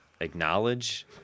Acknowledge